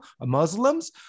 Muslims